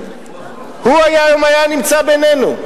הוא היום היה נמצא בינינו.